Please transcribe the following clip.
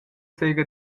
sera